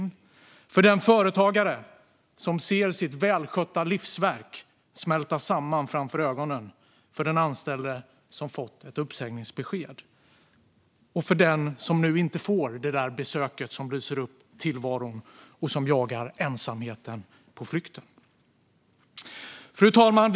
Det är vår skyldighet gentemot de företagare som ser välskötta livsverk smälta samman framför ögonen, den anställde som fått ett uppsägningsbesked och den som nu inte får det där besöket som lyser upp tillvaron och som jagar ensamheten på flykt. Fru talman!